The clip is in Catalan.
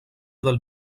del